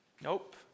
Nope